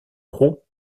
roux